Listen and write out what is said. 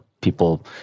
people